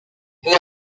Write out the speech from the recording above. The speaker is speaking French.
peu